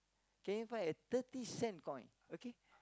can you find a thirty cent coin okay